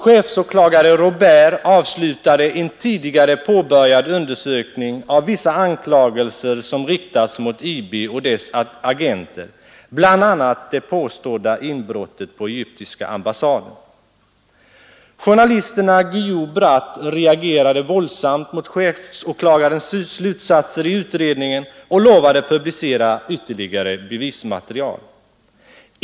Chefsåklagare Robért avslutade en tidigare påbörjad undersökning av vissa anklagelser som riktats mot IB och dess agenter, bl.a. det påstådda inbrottet på egyptiska ambassaden. Journalisterna Guillou och Bratt reagerade våldsamt mot chefsåklagarens slutsatser i utredningen och lovade publicera ytterligare bevismaterial.